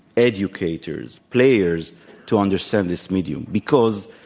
educators, players to understand this medium? because